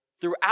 throughout